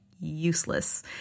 useless